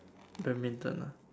badminton ah